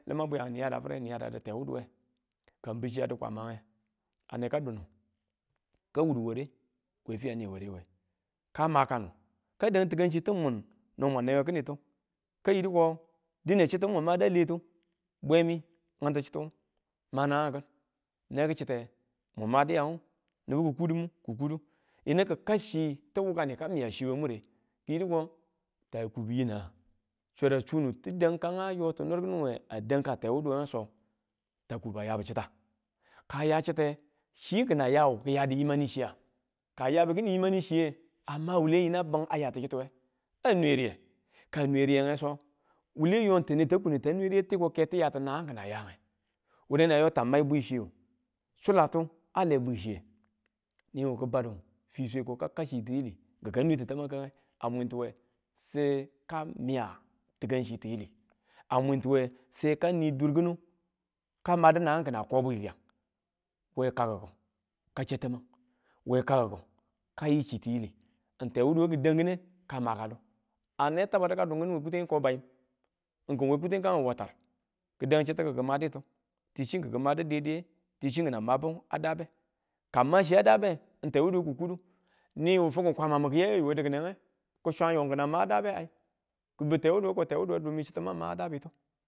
Limang bwiyangu niyada fire niyada du tewuduwe, ka bu chi a di kwamange a neka dunu, ka wudu ware we fi a ne ware we ka makanu ka dangchiti min mun no mwan nwewe kinitu, ka yiko dane chittu mun made aletu bwemi bintuchituwu ma nangkin neki chitte, mu madiyang mubu ku kudum yini ki̱kachi wu, wukani ka miya chi we mure ki yidu ko takubu yineng cha̱rang chune ti kaan ayo ti niir we tewuduwe so, ta kubu aya bu chitta ka ya chitte chi kina yawu kiyadu yimanichiya ka yabu kin yimanichiye ama wule ana bun aya kichittiwe a nwe riye ka nwe riyenge so wule yo neta kunu ta we riye ti̱ko ke tiyatin nangang kina yange wureni ayo tamar bwichiyu sulatu ale bwichiye niyu kibadu fisweko ka kachi tiyili ka nwe tamange a mwintuwe se ka miya tikanchi tiyili, kani dur kinu ka madu nang kina ko bwikiyang we kakiku ka chau tamang we kakiku yi chi tiyili n tewuduwe ki dang kine ka makadu a ne tabadu ka dung kinu we kuteng ko bayim n kin we kutengu watar ki dang chitu kiki maditu ti chi kinki madu dai dange ti chi kina mabu a daabe ka ma, chi a daabe tewuduwe ki kudu niwu fikim kwamamu kiya yayu we di̱ki̱ne ki swan yo kina ma a dabe ai ki biu tewuduwe dumi chi mang ma daa bitu.